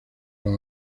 las